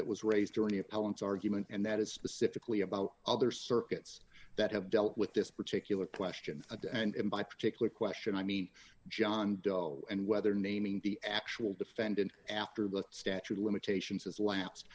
that was raised during the appellate argument and that is specifically about other circuits that have dealt with this particular question of and by particular question i mean john doe and whether naming the actual defendant after the statute of limitations has lapsed